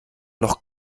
noch